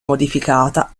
modificata